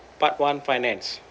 part one finance